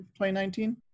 2019